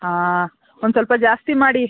ಹಾಂ ಒಂದ್ ಸ್ವಲ್ಪ ಜಾಸ್ತಿ ಮಾಡಿ